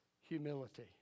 humility